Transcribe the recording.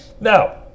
now